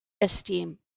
esteem